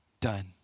done